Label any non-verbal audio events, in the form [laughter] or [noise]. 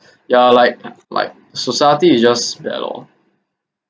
[breath] ya like like society it's just bad lor